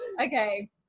Okay